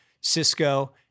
Cisco